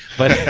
but yeah